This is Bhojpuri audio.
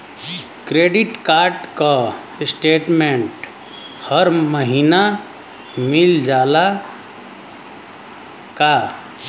क्रेडिट कार्ड क स्टेटमेन्ट हर महिना मिल जाला का?